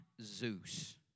Zeus